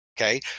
Okay